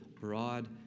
broad